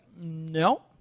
no